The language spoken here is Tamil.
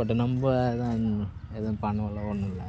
பட் நம்ம அதுதான் எதுவும் பண்ணவும் இல்லை ஒன்றும் இல்லை